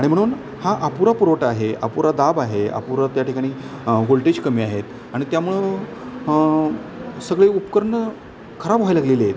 आणि म्हणून हा अपुरा पुरवठा आहे अपुरा दाब आहे अपुरा त्या ठिकाणी वोल्टेज कमी आहेत आणि त्यामुळं सगळे उपकरण खराब व्हायला लागले आहेत